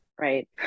right